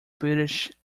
british